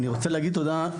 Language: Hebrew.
אני רוצה להגיד תודה,